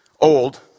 old